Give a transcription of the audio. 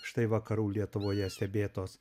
štai vakarų lietuvoje stebėtos